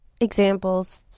examples